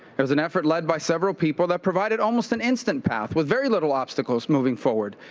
it was an effort led by several people that provided almost an instant path with very little obstacles moving forward.